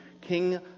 King